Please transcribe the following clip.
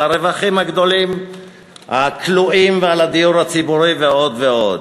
על הרווחים הגדולים הכלואים ועל הדיור הציבורי ועוד ועוד.